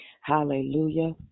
Hallelujah